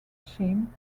scheme